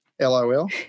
Lol